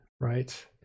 right